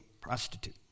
prostitute